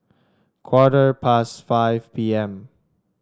quarter past five P M